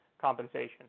compensation